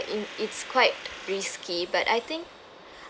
in it's quite risky but I think